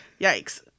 Yikes